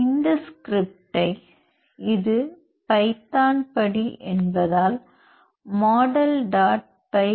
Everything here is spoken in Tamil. இந்த ஸ்கிரிப்டை இது பைதான் படி என்பதால் மாடல் டாட் பை model